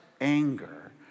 anger